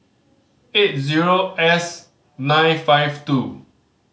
eight zero S nine five two